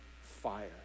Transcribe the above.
fire